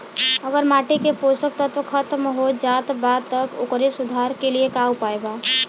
अगर माटी के पोषक तत्व खत्म हो जात बा त ओकरे सुधार के लिए का उपाय बा?